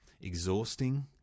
exhausting